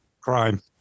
Crime